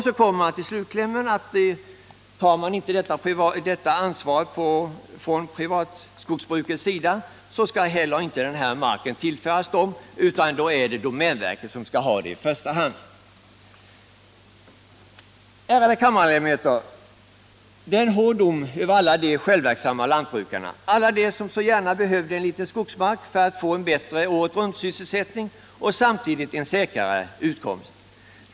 Så kommer man till slutklämmen, att tar inte privatskogsbruket detta ansvar, skall marken inte heller tillföras det, utan då skall domänverket ha den i första hand. Ärade kammarledamöter, det är en hård dom över alla de självverksamma lantbrukarna, alla dem som så gärna behövde lite skogsmark för att få en bättre året-runt-sysselsättning och samtidigt en säkrare utkomst.